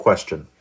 Question